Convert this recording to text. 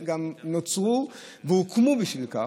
שגם נוצרו והוקמו לשם כך.